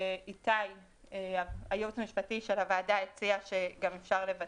איתי עצמון, היועץ המשפטי של הוועדה, הציע לוותר.